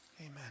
Amen